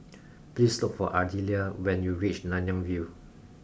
please look for Ardelia when you reach Nanyang View